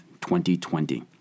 2020